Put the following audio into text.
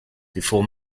before